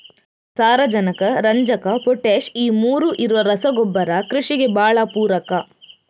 ಸಾರಾಜನಕ, ರಂಜಕ, ಪೊಟಾಷ್ ಈ ಮೂರೂ ಇರುವ ರಸಗೊಬ್ಬರ ಕೃಷಿಗೆ ಭಾಳ ಪೂರಕ